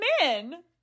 men